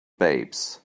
babes